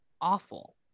awful